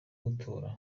gutora